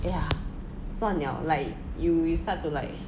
!aiya! 算 liao like you you start to like